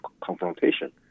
confrontation